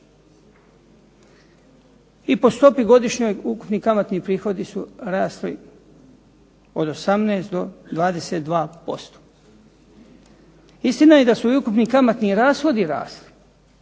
i po stopi godišnjoj ukupni kamatni prihodi su rasli od 18 do 22%. Istina je da su i ukupni kamatni rashodi rasli